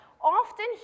Often